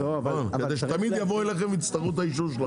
כדי שתמיד יבואו אליכם ויצטרכו את האישור שלכם.